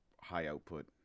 high-output